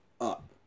up